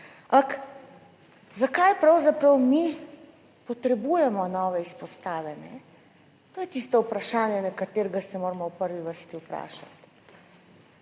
zakaj pravzaprav mi potrebujemo nove izpostave? To je tisto vprašanje, na katerega se moramo v prvi vrsti vprašati.